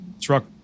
truck